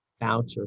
voucher